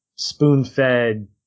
spoon-fed